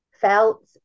felt